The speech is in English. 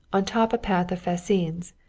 on top a path of fascines,